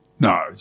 No